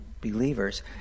believers